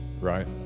right